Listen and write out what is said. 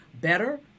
Better